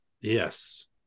Yes